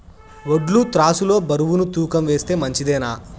వడ్లు త్రాసు లో బరువును తూకం వేస్తే మంచిదేనా?